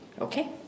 Okay